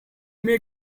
may